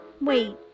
Wait